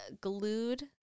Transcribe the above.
glued